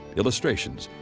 illustrations,